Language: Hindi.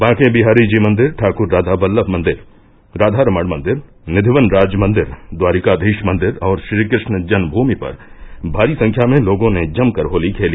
बांके बिहारी जी मंदिर ठाकुर राधाबल्लभ मंदिर राधारमण मंदिर निधिवनराज मंदिर द्वारिकाधीश मंदिर और श्रीकृष्ण जन्मूमि पर भारी संख्या में लोगों ने जमकर होली खेली